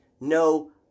No